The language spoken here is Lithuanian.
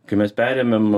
kai mes perėmėm